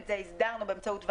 את זה הסדרנו באמצעות ועדה,